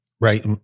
right